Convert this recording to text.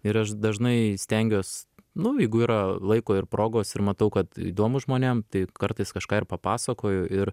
ir aš dažnai stengiuos nu jeigu yra laiko ir progos ir matau kad įdomu žmonėm tai kartais kažką ir papasakoju ir